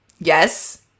yes